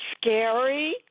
Scary